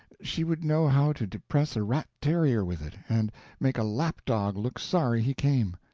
she would know how to depress a rat-terrier with it and make a lap-dog look sorry he came.